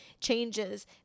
changes